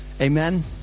Amen